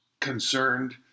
concerned